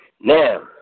Now